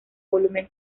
volumen